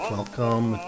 welcome